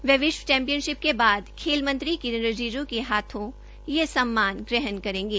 वह विश्व चैंपियनशिप के बाद खेल मंत्री किरण रिजिजू के हाथों यह सम्मान ग्रहण करेंगे